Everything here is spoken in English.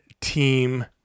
team